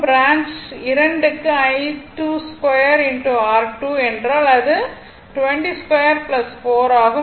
branch இரண்டுக்கு I22 R2 என்றால் அது 202 4 ஆகும்